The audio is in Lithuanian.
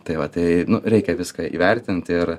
tai va tai reikia viską įvertint ir